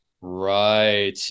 Right